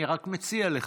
אני רק מציע לך,